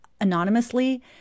anonymously